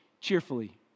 cheerfully